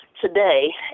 Today